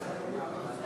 הפנים?